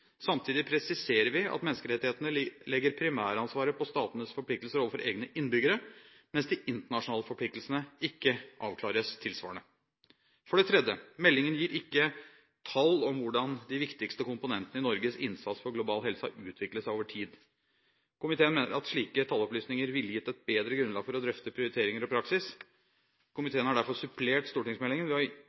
samtidig presiserer vi at menneskerettighetene legger primæransvaret på statenes forpliktelser overfor egne innbyggere, mens de internasjonale forpliktelsene ikke avklares tilsvarende. For det tredje: Meldingen gir ikke tall når det gjelder hvordan de viktigste komponentene i Norges innsats for global helse har utviklet seg over tid. Komiteen mener at slike tallopplysninger ville gitt et bedre grunnlag for å drøfte prioriteringer og praksis. Komiteen har derfor supplert stortingsmeldingen ved å